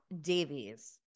davies